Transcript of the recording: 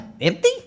Empty